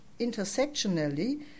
intersectionally